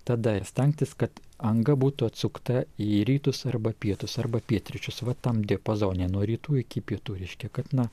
tada ir stengtis kad anga būtų atsukta į rytus arba pietus arba pietryčius va tam diapazone nuo rytų iki pietų reiškia kad na